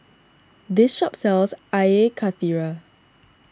this shop sells Air Karthira